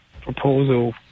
proposal